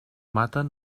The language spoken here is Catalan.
maten